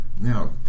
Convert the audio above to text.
Now